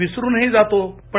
विसरूनही जातो पण